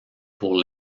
pour